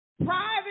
Private